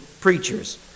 preachers